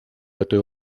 этой